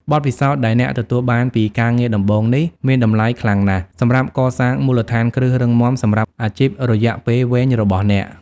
បទពិសោធន៍ដែលអ្នកទទួលបានពីការងារដំបូងនេះ មានតម្លៃខ្លាំងណាស់សម្រាប់កសាងមូលដ្ឋានគ្រឹះរឹងមាំសម្រាប់អាជីពរយៈពេលវែងរបស់អ្នក។